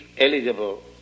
eligible